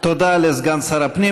תודה לסגן שר הפנים.